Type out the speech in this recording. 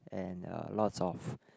and uh lots of